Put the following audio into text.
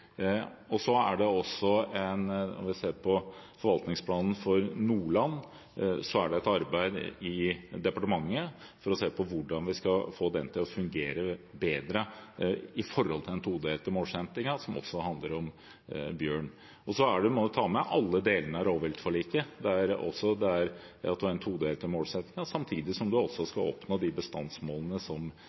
Nordland, så pågår det et arbeid i departementet for å se på hvordan vi skal få den til å fungere bedre i forhold til den todelte målsettingen, som også handler om bjørn. Så man må ta med alle delene av rovviltforliket – det at man har den todelte målsettingen samtidig som man skal oppnå de bestandsmålene som